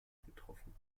betroffen